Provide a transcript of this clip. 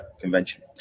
convention